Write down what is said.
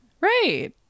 Right